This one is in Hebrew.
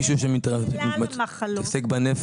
יש מישהו שמתעסק בנפש?